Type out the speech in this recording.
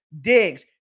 digs